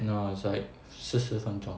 no it's like 四十分钟